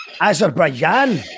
Azerbaijan